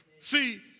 See